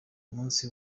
umunsi